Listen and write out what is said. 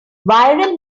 viral